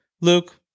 Luke